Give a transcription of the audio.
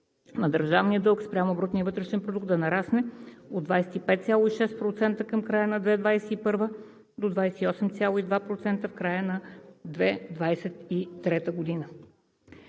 на държавния дълг спрямо брутния вътрешен продукт да нарасне от 25,6% към края на 2021 г. до 28,2% в края на 2023 г.